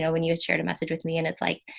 so when you shared a message with me and it's like,